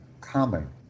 common